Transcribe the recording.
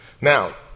Now